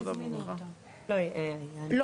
היית